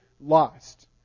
lost